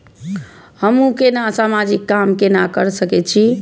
हमू केना समाजिक काम केना कर सके छी?